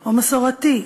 או מסורתי,